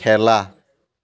খেলা